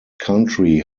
country